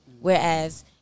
Whereas